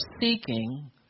seeking